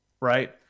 Right